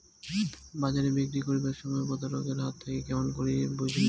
বাজারে বিক্রি করিবার সময় প্রতারক এর হাত থাকি কেমন করি বাঁচিমু?